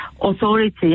Authority